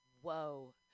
Whoa